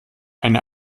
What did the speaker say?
eine